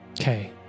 Okay